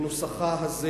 בנוסחה הזה